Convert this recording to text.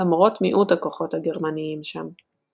למרות מיעוט הכוחות הגרמניים שם.